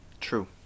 True